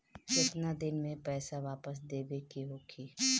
केतना दिन में पैसा वापस देवे के होखी?